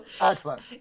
Excellent